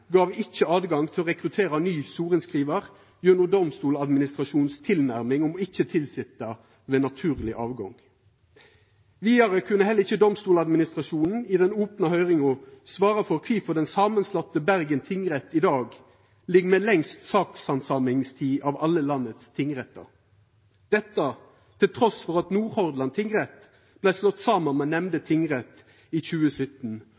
gav ikkje tilgang til å rekruttera ny sorenskrivar gjennom Domstoladministrasjonens tilnærming om ikkje å tilsetja ved naturleg avgang. Vidare kunne heller ikkje Domstoladministrasjonen i den opne høyringa svara for kvifor den samanslåtte Bergen tingrett i dag ligg med lengst sakshandsamingstid av alle landets tingrettar. Dette trass i at Nordhordland tingrett vart slått saman med nemnde tingrett i 2017